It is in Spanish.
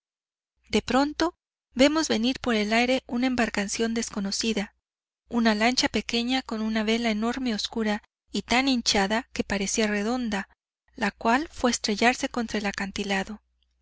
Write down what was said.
de pronto vemos venir por el aire una embarcación desconocida una lancha pequeña con una vela enorme obscura y tan hinchada que parecía redonda la cual fue a estrellarse contra el acantilado